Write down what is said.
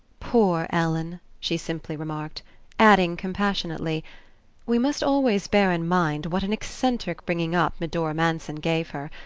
poor ellen, she simply remarked adding compassionately we must always bear in mind what an eccentric bringing-up medora manson gave her.